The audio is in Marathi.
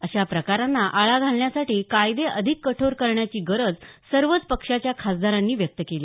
अशा प्रकारांना आळा घालण्यासाठी कायदे अधिक कठोर करण्याची गरज सर्वच पक्षाच्या खासदारांनी व्यक्त केली